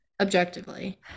objectively